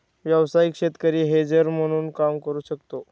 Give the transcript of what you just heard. व्यावसायिक शेतकरी हेजर म्हणून काम करू शकतो